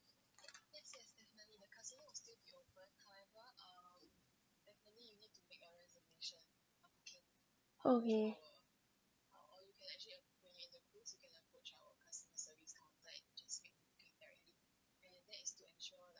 okay